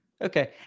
Okay